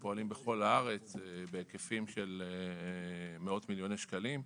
אנחנו פועלים בכל הארץ בהיקפים של מאות מיליוני שקלים.